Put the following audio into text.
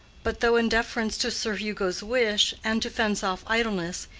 but though, in deference to sir hugo's wish, and to fence off idleness,